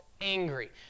angry